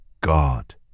God